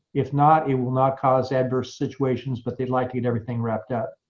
if not, it will not cause adverse situations. but they'd like to get everything wrapped up.